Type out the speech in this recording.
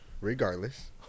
regardless